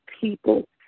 people